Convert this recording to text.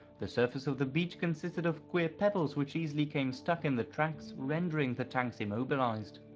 the surface of the beach consisted of queer pebbles which easily came stuck in the tracks, rendering the tanks immobilized.